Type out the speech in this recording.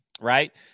right